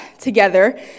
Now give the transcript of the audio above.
together